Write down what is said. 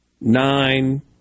nine